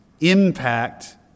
impact